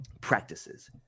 practices